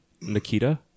Nikita